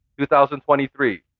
2023